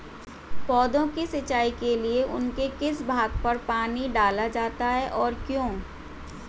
पौधों की सिंचाई के लिए उनके किस भाग पर पानी डाला जाता है और क्यों?